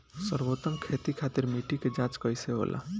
सर्वोत्तम खेती खातिर मिट्टी के जाँच कइसे होला?